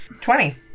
twenty